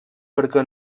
perquè